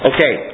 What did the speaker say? Okay